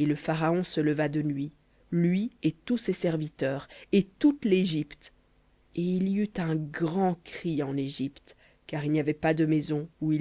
et le pharaon se leva de nuit lui et tous ses serviteurs et toute l'égypte et il y eut un grand cri en égypte car il n'y avait pas de maison où